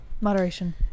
Moderation